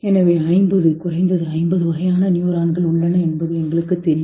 எனவே ஐம்பது குறைந்தது ஐம்பது வகையான நியூரான்கள் உள்ளன என்பது எங்களுக்குத் தெரியும்